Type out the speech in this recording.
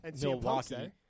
Milwaukee